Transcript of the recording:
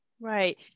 Right